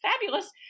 fabulous